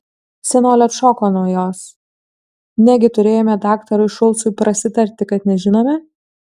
senolė atšoko nuo jos negi turėjome daktarui šulcui prasitarti kad nežinome